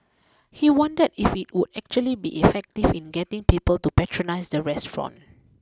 he wondered if it would actually be effective in getting people to patronise the restaurant